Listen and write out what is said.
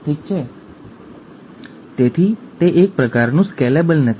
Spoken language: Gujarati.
અને તેથી તે આનુવંશિક વિકાર છે